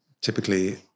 typically